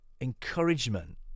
encouragement